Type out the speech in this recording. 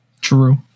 True